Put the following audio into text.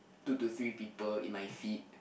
two to three people in my feed